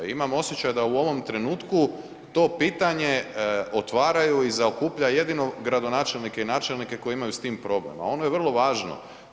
Imam osjećaj da u ovom trenutku to pitanje otvaraju i zaokuplja jedino gradonačelnike i načelnike koji imaju s tim problem, a ono je vrlo važno.